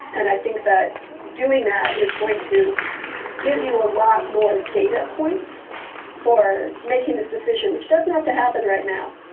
and i think that doing that is going to give you a lot more data points for making this decision, which doesn't have to happen right now.